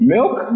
Milk